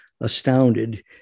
astounded